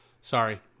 sorry